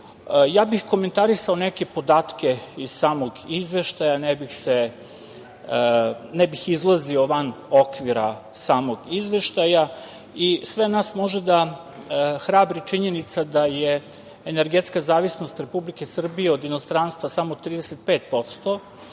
bih komentarisao neke podatke iz samog Izveštaja, ne bih izlazio van okvira samog Izveštaja i sve nas može da hrabri činjenica da je energetska zavisnost Republike Srbije od inostranstva samo 35%,